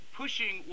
pushing